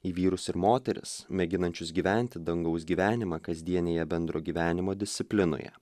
į vyrus ir moteris mėginančius gyventi dangaus gyvenimą kasdienėje bendro gyvenimo disciplinoje